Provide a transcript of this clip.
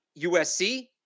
USC